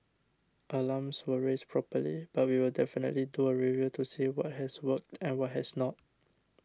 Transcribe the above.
alarms were raised properly but we will definitely do a review to see what has worked and what has not